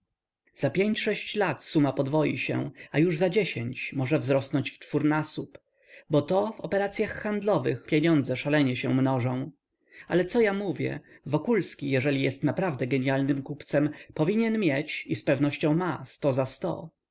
za pięć sześć lat suma podwoi się a już za dziesięć może wzrosnąć w czwórnasób bo to w operacyach handlowych pieniądze szalenie się mnożą ale co ja mówię wokulski jeżeli jest naprawdę gienialnym kupcem powinien mieć i zpewnością ma sto za sto